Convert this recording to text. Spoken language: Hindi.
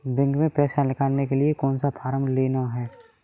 बैंक में पैसा निकालने के लिए कौन सा फॉर्म लेना है?